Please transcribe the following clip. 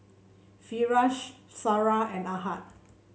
Firash Sarah and Ahad